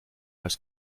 als